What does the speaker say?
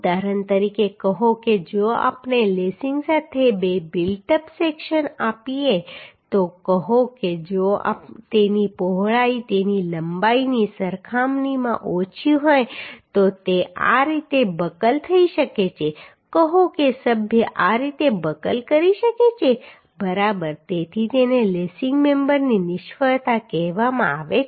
ઉદાહરણ તરીકે કહો કે જો આપણે લેસિંગ સાથે બે બિલ્ટ અપ સેક્શન આપીએ તો કહો કે જો તેની પહોળાઈ તેની લંબાઈની સરખામણીમાં ઓછી હોય તો તે આ રીતે બકલ થઈ શકે છે કહો કે સભ્ય આ રીતે બકલ કરી શકે છે બરાબર તેથી તેને લેસિંગ મેમ્બરની નિષ્ફળતા કહેવામાં આવે છે